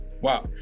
wow